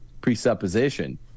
presupposition